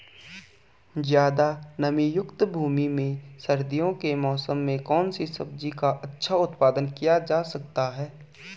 ज़्यादा नमीयुक्त भूमि में सर्दियों के मौसम में कौन सी सब्जी का अच्छा उत्पादन किया जा सकता है?